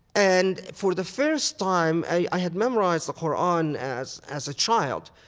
and for the first time i had memorized the qur'an as as a child,